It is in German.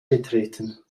betreten